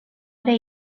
ere